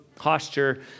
posture